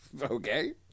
Okay